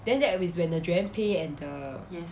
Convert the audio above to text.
then that is when the joanne peh and the